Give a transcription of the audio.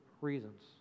reasons